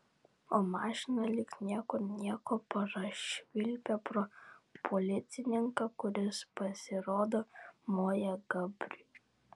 o mašina lyg niekur nieko prašvilpė pro policininką kuris pasirodo moja gabriui